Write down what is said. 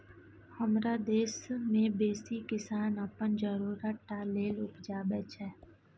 हमरा देश मे बेसी किसान अपन जरुरत टा लेल उपजाबै छै